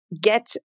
get